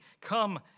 come